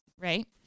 Right